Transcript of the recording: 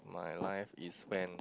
my life is when